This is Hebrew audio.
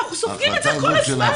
אנחנו סופגים את זה כל הזמן.